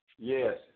Yes